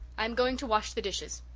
i am going to wash the dishes.